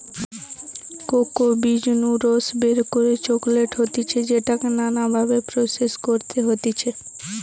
cocoa বীজ নু রস বের করে চকলেট হতিছে যেটাকে নানা ভাবে প্রসেস করতে হতিছে